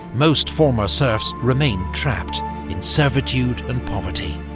most former-serfs remained trapped in servitude and poverty.